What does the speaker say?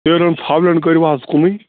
تیٖرَن ژھاولٮ۪ن کٔرِوٕ حظ کُنٕے